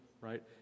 right